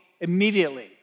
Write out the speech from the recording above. Immediately